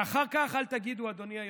ואחר כך אל תגידו, אדוני היושב-ראש,